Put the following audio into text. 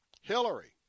Hillary